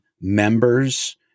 members